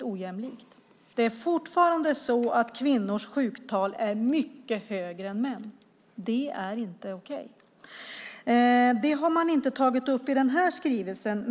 ojämlikt. Det är fortfarande så att kvinnors sjuktal är mycket högre än mäns. Det är inte okej. Det har man inte tagit upp i den här skrivelsen.